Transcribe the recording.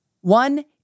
One